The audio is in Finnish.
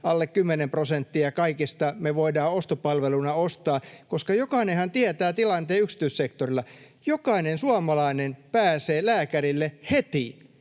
kymmenen prosenttia kaikista, me voidaan ostopalveluina ostaa. Jokainenhan tietää tilanteen yksityissektorilla: Jokainen suomalainen pääsee lääkärille heti,